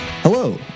Hello